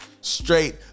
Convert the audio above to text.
Straight